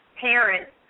Parents